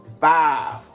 five